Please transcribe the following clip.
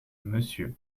monsieur